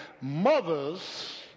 mothers